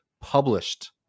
published